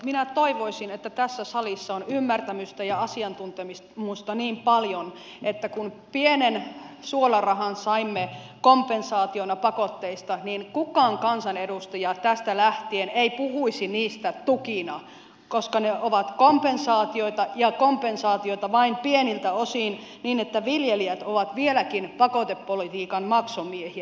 minä toivoisin että tässä salissa on ymmärtämystä ja asiantuntemusta niin paljon että kun pienen suolarahan saimme kompensaationa pakotteista niin kukaan kansanedustaja tästä lähtien ei puhuisi niistä tukina koska ne ovat kompensaatioita ja kompensaatioita vain pieniltä osilta niin että viljelijät ovat vieläkin pakotepolitiikan maksumiehiä